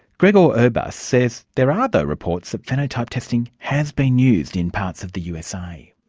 gregor urbas says there are other reports that phenotype testing has been used in parts of the usa.